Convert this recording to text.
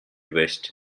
vest